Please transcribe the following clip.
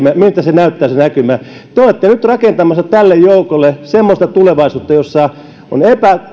näyttää te olette nyt rakentamassa tälle joukolle semmoista tulevaisuutta jossa on